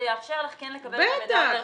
אולי זה יאפשר לך כן לקבל את המידע יותר בקלות,